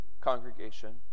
congregation